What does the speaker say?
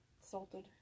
salted